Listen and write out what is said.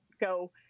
go